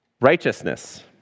Righteousness